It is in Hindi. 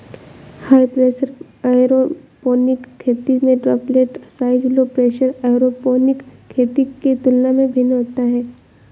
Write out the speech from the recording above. हाई प्रेशर एयरोपोनिक खेती में droplet size low pressure aeroponic खेती के तुलना में भिन्न होता है